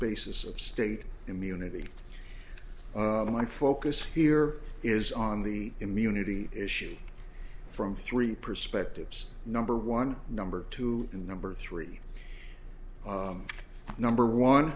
basis of state immunity my focus here is on the immunity issue from three perspectives number one number two and number three number one